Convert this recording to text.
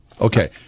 Okay